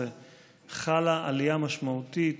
מ-2018 חלה עלייה משמעותית